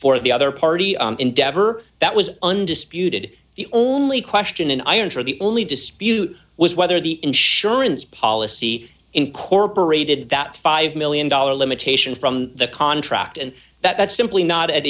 for the other party endeavor that was undisputed the only question and i am sure the only dispute was whether the insurance policy incorporated that five million dollars limitation from the contract and that's simply not a